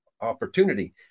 opportunity